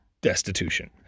destitution